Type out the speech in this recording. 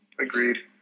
Agreed